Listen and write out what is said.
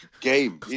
game